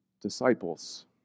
disciples